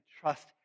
trust